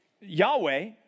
Yahweh